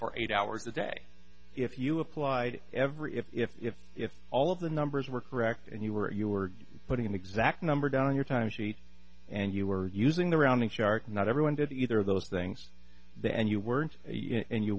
for eight hours a day if you applied every if if if if all of the numbers were correct and you were you were putting an exact number down on your time sheets and you were using the rounding shark not everyone did either of those things the end you weren't